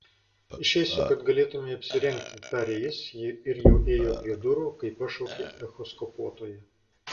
išeisiu kad galėtumei apsirengti tarė jis ir jau ėjo prie durų kai pašaukė echoskopuotoja